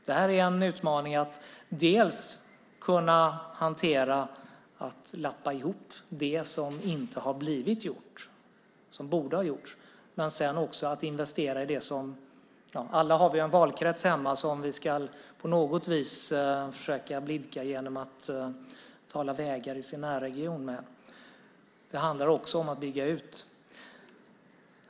Det är en utmaning att lappa ihop det som inte har blivit gjort, som borde ha gjorts, men det handlar också om att bygga ut. Alla har vi ju en valkrets hemma som vi på något vis ska försöka blidka genom att tala om vägar i närregionen.